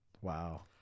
Wow